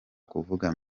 kuvuga